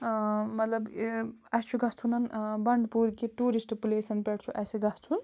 مطلب یہِ اَسہِ چھُ گَژھُنَن بَنٛڈٕ پوٗرۍ کہِ ٹوٗرِسٹ پٕلیسَن پٮ۪ٹھ چھُ اَسہِ گژھُن